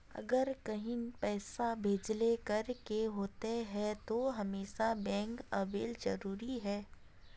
अगर कहीं पैसा भेजे करे के होते है तो हमेशा बैंक आबेले जरूरी है?